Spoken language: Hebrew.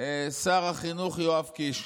שר החינוך יואב קיש.